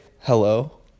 hello